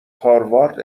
هاروارد